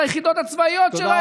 של היחידות הצבאיות שלהם,